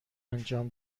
انجام